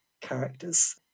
characters